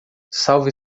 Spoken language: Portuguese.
salve